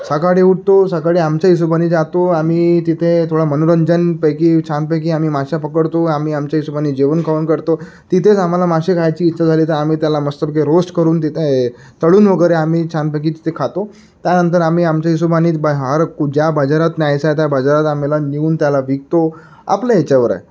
सकाळी उठतो सकाळी आमच्या हिशोबाने जातो आम्ही तिथे थोडं मनोरंजनपैकी छानपैकी आम्ही मासे पकडतो आम्ही आमच्या हिशोबाने जेवण खावण करतो तिथेच आमाला मासे खायची इच्छा झाली तर आम्ही त्याला मस्तपैकी रोस्ट करून तिथे तळून वगैरे आम्ही छानपैकी तिथे खातो त्यानंतर आम्ही आमच्या हिशोबानी बा हर कु ज्या बाजारात न्यायचं आहे त्या बाजारात आम्हाला नेऊन त्याला विकतो आपल्या याच्यावर आहे